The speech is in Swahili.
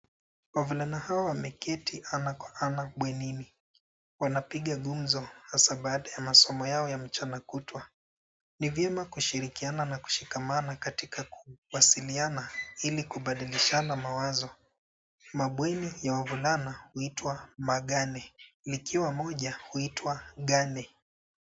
Wavulana hawa wameketi ana kwa ana, bwenini. Wanapiga gumzo hasa baada ya masomo yao ya mchana kutwa. Ni vyema kushirikiana na kushikamana katika kuwasiliana ili kubadilishana mawazo. Mabweni ya wavulana huitwa magane, likiwa moja huitwa gane.